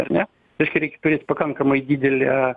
ar ne reiškia reikia turėti pakankamai didelę